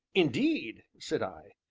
indeed! said i.